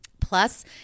Plus